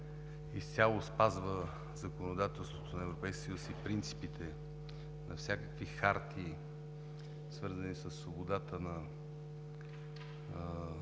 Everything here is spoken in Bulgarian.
изцяло спазва законодателството на Европейския съюз и принципите на всякакви харти, свързани със свободата на